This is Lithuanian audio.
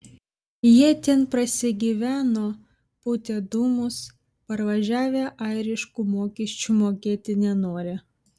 jie ten prasigyveno pūtė dūmus parvažiavę airiškų mokesčių mokėti nenori